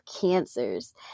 cancers